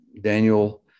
Daniel